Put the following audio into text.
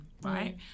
right